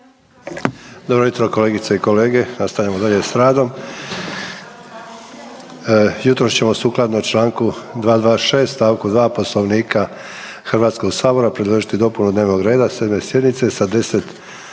Dobro jutro kolegice i kolege. Nastavljamo dalje s radom. Jutros ćemo sukladno čl. 226. st. 2. Poslovnika HS predložiti dopunu dnevnog reda 7. sjednice sa 10